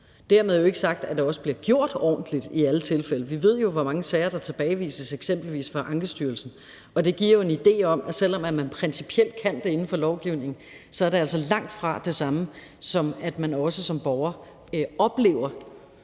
Dermed er det jo ikke sagt, at det også bliver gjort ordentligt i alle tilfælde. Vi ved, hvor mange sager der tilbagevises, eksempelvis fra Ankestyrelsen, og det giver jo en idé om, at selv om man principielt kan det inden for lovgivningen, er det altså langtfra det samme, som at man også som borger oplever,